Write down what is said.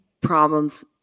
problems